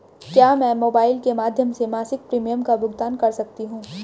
क्या मैं मोबाइल के माध्यम से मासिक प्रिमियम का भुगतान कर सकती हूँ?